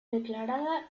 declarada